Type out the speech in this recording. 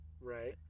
right